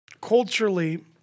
culturally